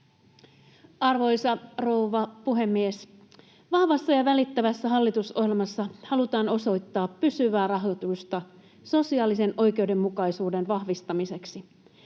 Arvoisa rouva puhemies! Vahvassa ja välittävässä hallitusohjelmassa halutaan osoittaa pysyvää rahoitusta sosiaalisen oikeudenmukaisuuden vahvistamiseksi.